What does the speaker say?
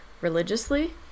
religiously